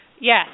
Yes